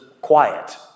quiet